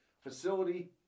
Facility